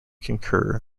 concur